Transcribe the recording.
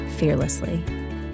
fearlessly